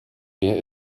wer